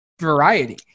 variety